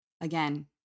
again